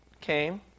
came